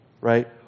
right